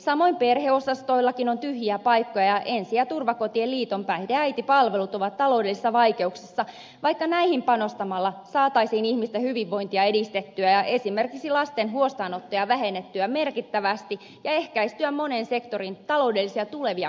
samoin perheosastoillakin on tyhjiä paikkoja ja ensi ja turvakotien liiton päihdeäitipalvelut ovat taloudellisissa vaikeuksissa vaikka näihin panostamalla saataisiin ihmisten hyvinvointia edistettyä ja esimerkiksi lasten huostaanottoja vähennettyä merkittävästi ja ehkäistyä monen sektorin taloudellisia tulevia kustannuksia